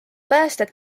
päästjad